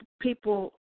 people